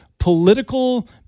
political